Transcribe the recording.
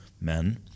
men